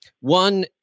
One